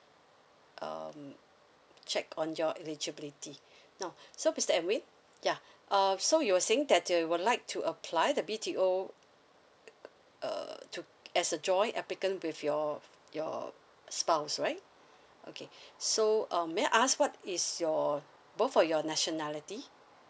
um check on your eligibility now so mister edwin yeah uh so you were saying that you would like to apply the B T O uh to as a joint applicant with your your spouse right okay so um may I ask what is your both of your nationality